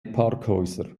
parkhäuser